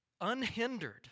unhindered